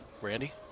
Randy